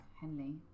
Henley